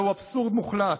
זהו אבסורד מוחלט.